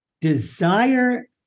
desire